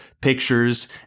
pictures